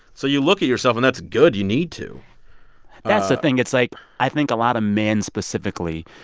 so you look at yourself, and that's good. you need to that's the thing. it's like, i think a lot of men, specifically,